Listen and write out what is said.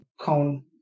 cone